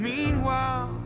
Meanwhile